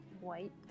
white